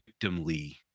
victimly